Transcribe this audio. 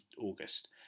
August